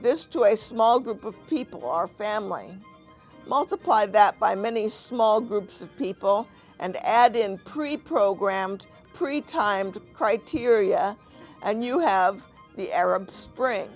this to a small group of people who are family multiply that by many small groups of people and add in preprogramed pre timed criteria and you have the arab spr